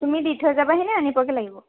তুমি দি থৈ যাবাহিনে আনিবকে লাগিব